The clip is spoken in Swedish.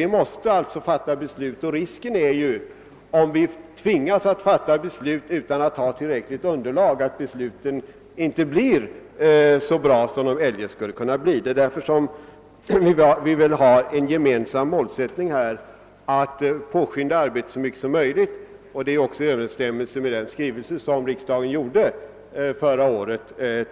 Vi måste alltså fatta beslut, och om vi tvingas göra det utan att ha tillräckligt underlag finns risken att besluten inte blir så bra som de skulle kunna bli. Därför har vi en gemensam målsättning, nämligen att påskynda arbetet så mycket som möjligt, vilket också är i överensstämmelse med syftet i riksdagens skrivelse förra året